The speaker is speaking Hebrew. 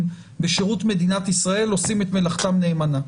בשירות מדינת ישראל עושים את מלאכתם נאמנה,